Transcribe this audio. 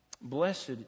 Blessed